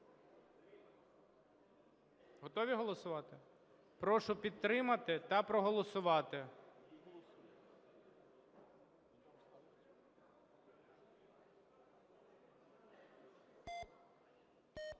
Готові голосувати? Прошу підтримати та проголосувати.